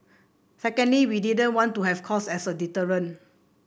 secondly we didn't want to have cost as a deterrent